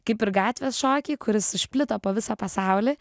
kaip ir gatvės šokiai kuris išplito po visą pasaulį